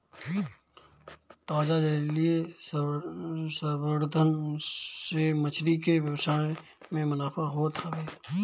ताजा जलीय संवर्धन से मछरी के व्यवसाय में मुनाफा होत हवे